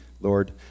Lord